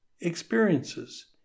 experiences